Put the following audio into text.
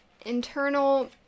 internal